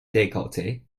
decollete